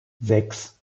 sechs